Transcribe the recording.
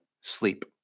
sleep